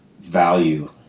value